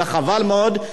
זה חבל מאוד.